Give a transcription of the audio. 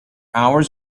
hours